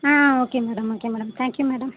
ah okay madam okay madam thank you madam